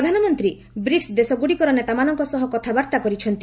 ପ୍ରଧାନମନ୍ତ୍ରୀ ବ୍ରିକ୍ସ ଦେଶଗୁଡ଼ିକର ନେତାମାନଙ୍କ ସହ କଥାବାର୍ତ୍ତା କରିଛନ୍ତି